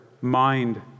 mind